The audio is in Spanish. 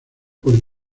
por